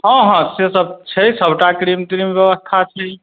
हँ हँ से सब छै सबटा क्रीम त्रीमके बेबस्था छै